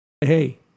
Hey